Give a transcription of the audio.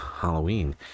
Halloween